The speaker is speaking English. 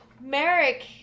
Merrick